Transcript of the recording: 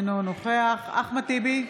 אינו נוכח אחמד טיבי,